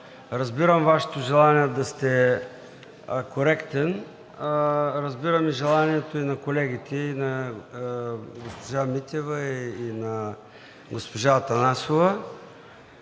Разбирам Вашето желание да сте коректен, разбирам и желанието на колегите – и на госпожа Митева, и на госпожа Атанасова,